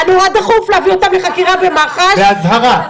היה נורא דחוף להביא אותם לחקירה במח"ש --- באזהרה.